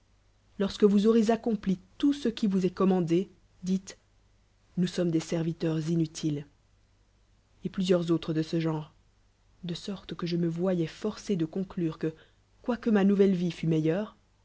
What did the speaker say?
lorsque vous aure accompli tout ce qui vous est commandé dites nous sommes des sea v lee rs inntiles et plusieurs autres de ce genre de sorte que je me voyoïs forcé de conclure que quoique ma douvelle vie fd t meilleure